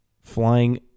flying